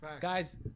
Guys